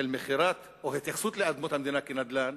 של מכירת, או התייחסות לאדמות המדינה כנדל"ן,